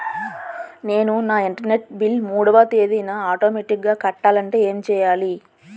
నేను నా internet bill మూడవ తేదీన ఆటోమేటిగ్గా కట్టాలంటే ఏం చేయాలి?